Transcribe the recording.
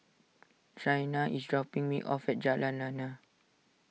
Shaina is dropping me off at Jalan Lana